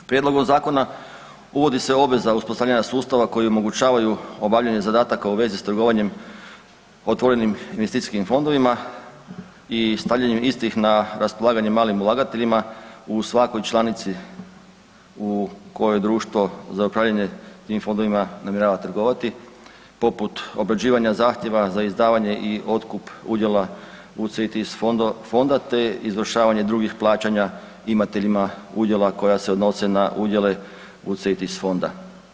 S prijedlogom zakona uvodi se obveza uspostavljanja sustava koji omogućavaju obavljanje zadataka u vezi s trgovanjem otvorenim investicijskim fondovima i stavljanjem istih na raspolaganje malim ulagateljima u svakoj članici u kojoj društvo za upravljanje tim fondovima namjerava trgovati poput obrađivanja zahtjeva za izdavanje i otkup udjela UCITS fonda te izvršavanje drugih plaćanja imateljima udjela koja se odnose na udjele UCITS fonda.